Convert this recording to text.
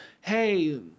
Hey